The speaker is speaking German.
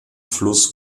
fluss